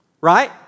right